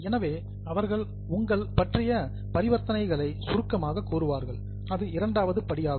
எனவே அவர்கள் உங்களைப் பற்றிய பரிவர்த்தனைகளை சுருக்கமாக கூறுவார்கள் அது இரண்டாவது படி ஆகும்